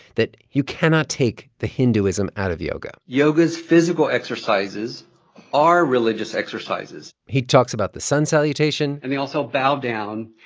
that you cannot take the hinduism out of yoga yoga's physical exercises are religious exercises he talks about the sun salutation. and they also bow down,